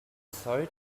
sorry